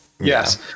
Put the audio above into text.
yes